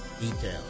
detail